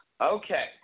Okay